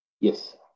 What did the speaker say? Yes